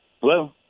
Hello